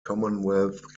commonwealth